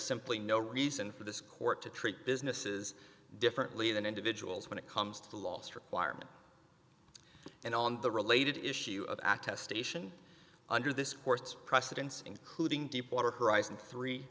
simply no reason for this court to treat businesses differently than individuals when it comes to the last requirement and on the related issue of act test station under this court's precedents including deepwater horizon three